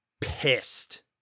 pissed